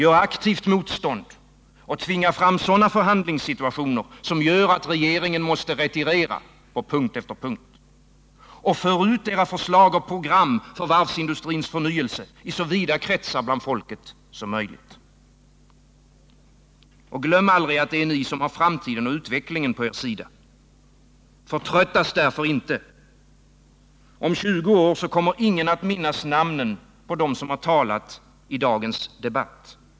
Gör aktivt motstånd! Tvinga fram sådana förhandlingssituationer som gör att regeringen måste retirera på punkt eiter punkt! Och för ut era förslag och program för varvsindustrins förnyelse i så vida kretsar bland folket som möjligt! Glöm aldrig att det är ni som har framtiden och utvecklingen på er sida! Förtröttas därför inte! Om 20 år kommer ingen att minnas namnen på dem som talat i dagens debatt.